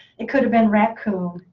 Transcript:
it could have been raccoon.